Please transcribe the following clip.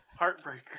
Heartbreaker